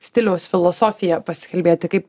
stiliaus filosofiją pasikalbėti kaip